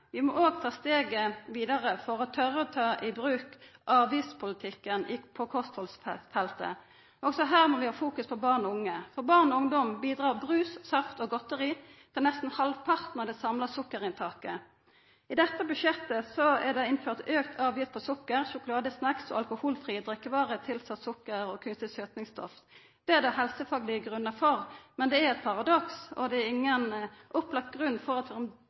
Vi må òg ta steget vidare for å tora å ta i bruk avgiftspolitikken på kosthaldsfeltet. Òg her må vi ha fokus på barn og unge. For barn og ungdom bidrar brus, saft og godteri til nesten halvparten av det samla sukkerinntaket. I dette budsjettet er det innført auka avgift på sukker, sjokolade, snacks og alkoholfrie drikkevarer tilsett sukker og kunstige søtingsstoff. Det er det helsefaglege grunnar for, men det er eit paradoks og ingen opplagt grunn for